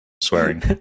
swearing